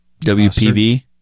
WPV